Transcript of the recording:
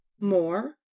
More